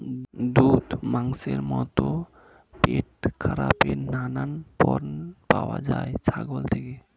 দুধ, মাংসের মতো পেটখারাপের নানান পণ্য পাওয়া যায় ছাগল থেকে